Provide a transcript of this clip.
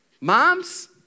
moms